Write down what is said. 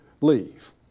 leave